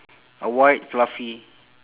a white fluffy